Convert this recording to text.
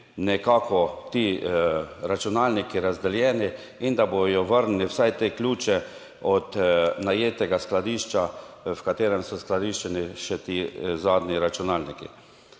nekako ti računalniki, razdeljeni in da bodo vrnili vsaj te ključe od najetega skladišča, v katerem so skladiščeni še ti zadnji računalniki.